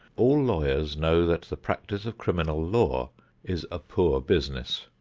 all lawyers know that the practice of criminal law is a poor business.